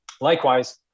Likewise